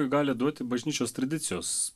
gali duoti bažnyčios tradicijos